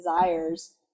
desires